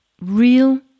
real